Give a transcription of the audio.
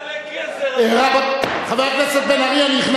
בעד דוד רותם, בעד ראובן ריבלין, בעד